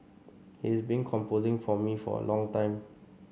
he's been composing for me for a long time